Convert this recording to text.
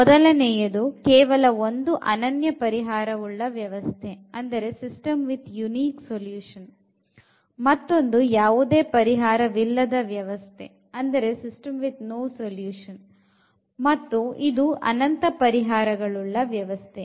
ಮೊದಲನೆಯದು ಕೇವಲ ಒಂದು ಅನನ್ಯ ಪರಿಹಾರ ಉಳ್ಳ ವ್ಯವಸ್ಥೆ ಮತ್ತೊಂದು ಯಾವುದೇ ಪರಿಹಾರವಿಲ್ಲದ ವ್ಯವಸ್ಥೆ ಮತ್ತು ಇದು ಅನಂತ ಪರಿಹಾರಗಳುಳ್ಳ ವ್ಯವಸ್ಥೆ